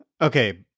Okay